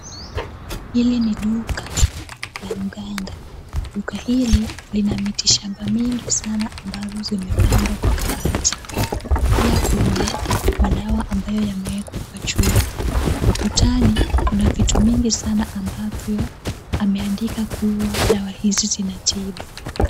Hili ni duka la mganga. Duka hili lina miti shamba mingi sana ambayo zimepangwa kwa kabati. Pia kuna madawa ambayo yameekwa kwa chupa. Ukutani kuna vitu mingi sana ambavyo ameandika kuwa dawa hizi zinatibu.